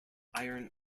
iron